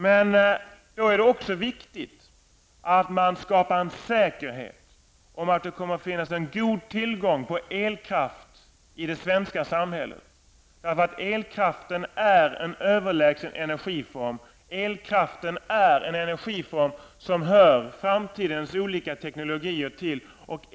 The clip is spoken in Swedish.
Det är då viktigt att man skapar en säkerhet om att det kommer att finnas en god tillgång på elkraft i det svenska samhället. Elkraften är en överlägsen energiform. Det är en energiform som hör framtidens olika teknologier till.